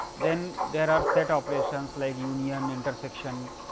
then there are set operations like union, intersection,